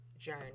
journey